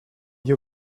you